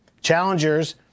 Challengers